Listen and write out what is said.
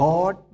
God